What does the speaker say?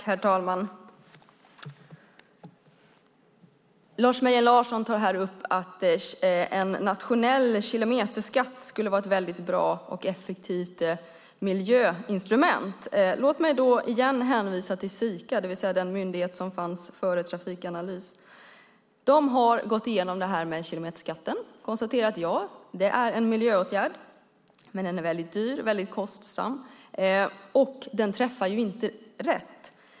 Herr talman! Lars Mejern Larsson tar här upp att en nationell kilometerskatt skulle vara ett väldigt bra och effektivt miljöinstrument. Låt mig då igen hänvisa till Sika, det vill säga den myndighet som fanns före Trafikanalys. De har gått igenom effekterna av kilometerskatten och konstaterat att det är en miljöåtgärd. Men den är väldigt dyr, väldigt kostsam och den träffar ju inte rätt.